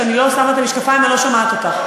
כשאני לא שמה את המשקפיים אני לא שומעת אותך.